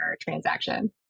transaction